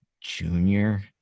junior